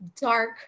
dark